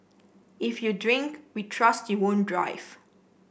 if you drink we trust you won't drive